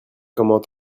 comment